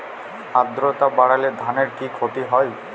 আদ্রর্তা বাড়লে ধানের কি ক্ষতি হয়?